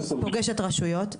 פוגשת רשויות,